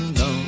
no